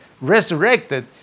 resurrected